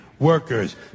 Workers